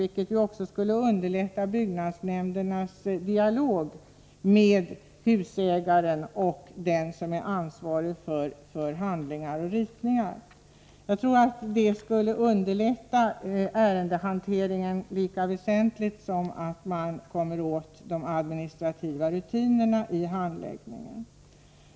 Det skulle också underlätta byggnadsnämndernas dialog med husägaren och den som är ansvarig för handlingar och ritningar. Jag tror att det skulle underlätta ärendehanteringen lika väsentligt som åtgärder för att komma åt de administrativa rutinerna i handläggningen.